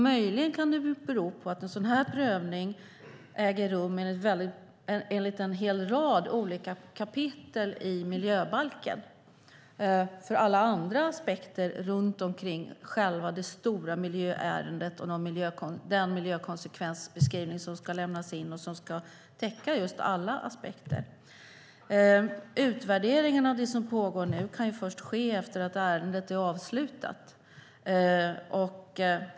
Möjligen kan det bero på att en sådan här prövning äger rum enligt en hel rad olika kapitel i miljöbalken, med alla andra aspekter runt omkring själva det stora miljöärendet och den miljökonsekvensbeskrivning som ska lämnas in och som ska täcka just alla aspekter. Utvärderingen av det som pågår nu kan ju ske först efter att ärendet är avslutat.